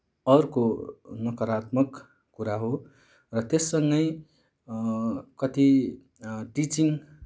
अर्को नकारात्मक कुरा हो र त्यससँगै कति टिचिङ